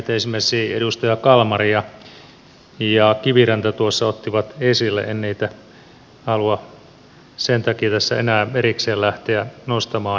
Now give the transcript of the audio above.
näitä esimerkiksi edustaja kalmari ja kiviranta tuossa ottivat esille en niitä halua sen takia tässä enää erikseen lähteä nostamaan esille